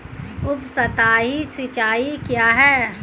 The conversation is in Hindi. उपसतही सिंचाई क्या है?